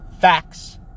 facts